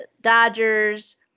Dodgers